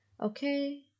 Okay